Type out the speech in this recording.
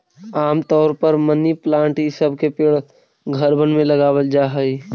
आम तौर पर मनी प्लांट ई सब के पेड़ घरबन में लगाबल जा हई